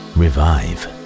revive